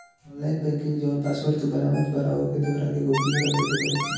online banking जवन password तू बनावत बारअ ओके तोहरा के गोपनीय रखे पे पड़ी